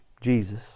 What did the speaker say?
Jesus